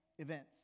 Events